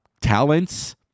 talents